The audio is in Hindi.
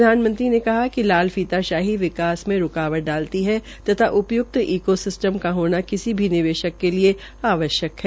प्रधानमंत्री ने कहा कि लाल फीताशही विकास में रूकावट डालती है तथा उपयुक्त ईको सिस्टम का होना किसी भी निवेशक के लिए आवश्यक है